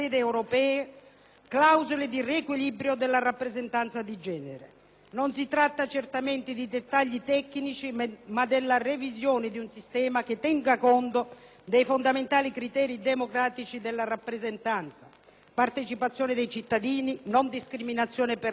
Non si tratta certamente di dettagli tecnici, ma della revisione di un sistema che tenga conto dei fondamentali criteri democratici della rappresentanza: partecipazione dei cittadini, non discriminazione per le donne e le minoranze, considerazione e valorizzazione dei territori.